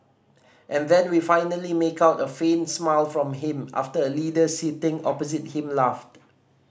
and then we finally make out a faint smile from him after a leader sitting opposite him laughed